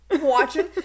watching